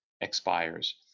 expires